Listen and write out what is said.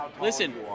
Listen